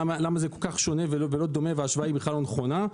למה זה כל כך שונה ולא דומה וההשוואה בכלל לא נכונה.